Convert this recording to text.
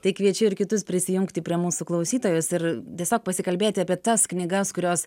tai kviečiu ir kitus prisijungti prie mūsų klausytojus ir tiesiog pasikalbėti apie tas knygas kurios